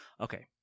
Okay